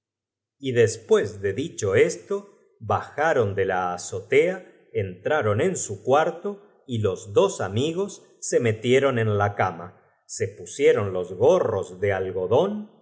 ey después de d icho esto bajaron de la azotea entraron en su cuarto y jos dos amigos se metieron en la cama se pusieron jos gorros de algodón